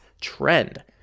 trend